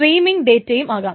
streaming ഡേറ്റയും ആകാം